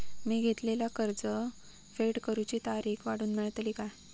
मी घेतलाला कर्ज फेड करूची तारिक वाढवन मेलतली काय?